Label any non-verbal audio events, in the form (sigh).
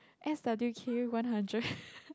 S_W_Q one hundred (laughs)